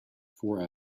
four